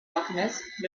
alchemist